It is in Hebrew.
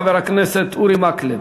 חבר הכנסת אורי מקלב.